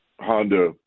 Honda